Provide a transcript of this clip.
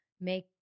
make